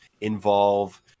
involve